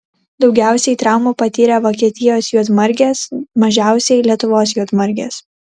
daugiausiai traumų patyrė vokietijos juodmargės mažiausiai lietuvos juodmargės